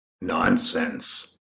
Nonsense